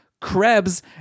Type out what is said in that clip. Krebs